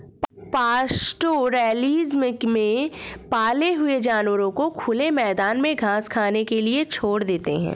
pastoralism में पाले हुए जानवरों को खुले मैदान में घास खाने के लिए छोड़ देते है